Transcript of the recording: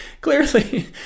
clearly